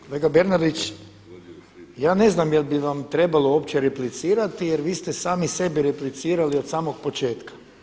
Kolega Bernardić, ja ne znam je li bi vam trebalo uopće replicirati jer vi ste sami sebi replicirali od samog početka.